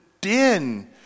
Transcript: din